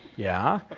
yeah.